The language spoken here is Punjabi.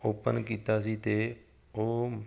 ਓਪਨ ਕੀਤਾ ਸੀ ਅਤੇ ਉਹ